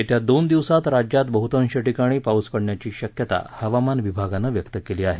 येत्या दोन दिवसांत राज्यात बहुतांश ठिकाणी पाऊस पडण्याची शक्यता हवामान विभागानं व्यक्त केली आहे